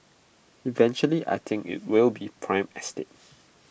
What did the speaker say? eventually I think IT will be prime estate